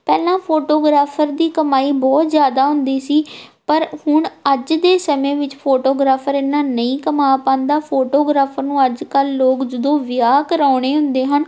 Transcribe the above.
ਪਹਿਲਾਂ ਫੋਟੋਗ੍ਰਾਫਰ ਦੀ ਕਮਾਈ ਬਹੁਤ ਜ਼ਿਆਦਾ ਹੁੰਦੀ ਸੀ ਪਰ ਹੁਣ ਅੱਜ ਦੇ ਸਮੇਂ ਵਿੱਚ ਫੋਟੋਗ੍ਰਾਫਰ ਇੰਨਾਂ ਨਹੀਂ ਕਮਾ ਪਾਂਦਾ ਫੋਟੋਗ੍ਰਾਫ ਨੂੰ ਅੱਜ ਕੱਲ੍ਹ ਲੋਕ ਜਦੋਂ ਵਿਆਹ ਕਰਾਉਣੇ ਹੁੰਦੇ ਹਨ